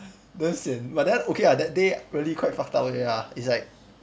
damn sian but then okay ah that day really quite fucked up already ah it's like